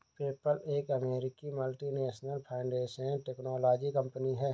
PayPal एक अमेरिकी multinational financial technology company है